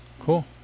cool